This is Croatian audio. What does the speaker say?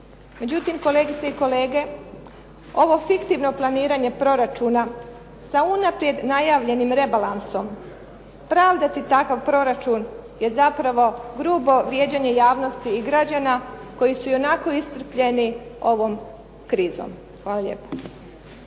Međutim, kolegice i kolege ovo fiktivno planiranje proračuna sa unaprijed najavljenim rebalansom, pravdati takav proračun je zapravo grubo vrijeđanje javnosti i građana koji su ionako iscrpljeni ovom krizom. Hvala lijepa.